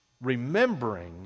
remembering